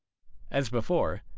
as before,